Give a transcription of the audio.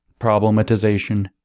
problematization